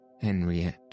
Henriette